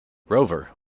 rover